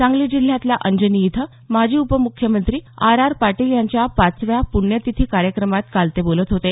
सांगली जिल्ह्यातल्या अंजनी इथं माजी उपम्ख्यमंत्री आर आर पाटील यांच्या पाचव्या प्ण्यतिथी कार्यक्रमात ते काल बोलत होते